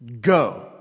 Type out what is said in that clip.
Go